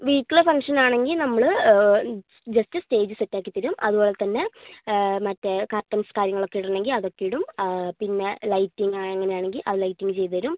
വീട്ടിൽ ഫങ്ങ്ക്ഷൻ ആണെങ്കിൽ നമ്മൾ ജെസ്റ്റ് സ്റ്റേജ് സെറ്റാക്കി തരും അതുപോലെ തന്നെ മറ്റേ കർട്ടൻസ് കാര്യങ്ങളൊക്കെയിടണമെങ്കിൽ അതൊക്കെയിടും പിന്നെ ലൈറ്റിങ് അങ്ങനെയാണെങ്കിൽ ആ ലൈറ്റിങ് ചെയ്ത് തരും